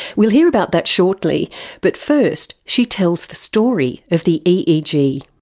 we'll hear about that shortly but first she tells the story of the eeg.